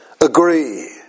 agree